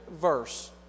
verse